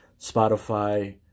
Spotify